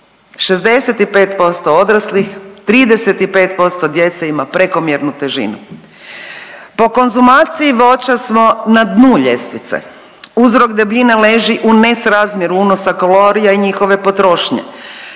65% odraslih, 35% djece ima prekomjernu težinu. Po konzumaciji voća smo na dnu ljestvice, uzrok debljine leži u nesrazmjeru unosa kalorija i njihove potrošnje.